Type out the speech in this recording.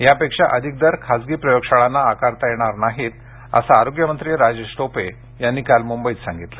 यापेक्षा अधिक दर खासगी प्रयोगशाळांना आकारता येणार नाही असं आरोग्यमंत्री राजेश टोपे यानी काल मुंबईत सांगितलं